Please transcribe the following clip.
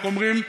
איך אומרים?